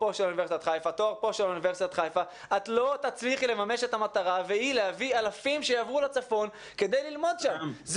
לא נצליח לממש את המטרה והיא להביא אלפים שיעברו לצפון כדי ללמוד שם.